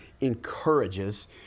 encourages